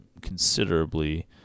considerably